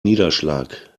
niederschlag